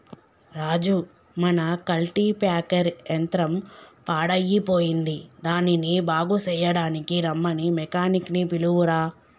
రాజు మన కల్టిప్యాకెర్ యంత్రం పాడయ్యిపోయింది దానిని బాగు సెయ్యడానికీ రమ్మని మెకానిక్ నీ పిలువురా